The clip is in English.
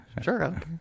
Sure